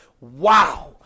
Wow